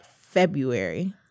February